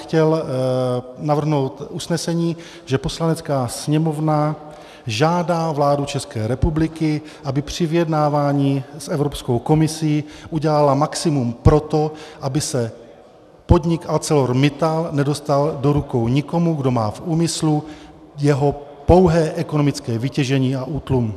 Chtěl bych navrhnout usnesení, že Poslanecká sněmovna žádá vládu České republiky, aby při vyjednávání s Evropskou komisí udělala maximum pro to, aby se podnik ArcelorMittal nedostal do rukou nikomu, kdo má v úmyslu jeho pouhé ekonomické vytěžení a útlum.